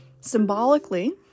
Symbolically